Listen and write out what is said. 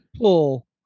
pull